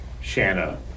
Shanna